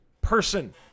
person